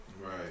Right